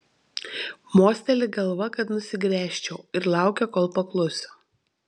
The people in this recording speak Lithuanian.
mosteli galva kad nusigręžčiau ir laukia kol paklusiu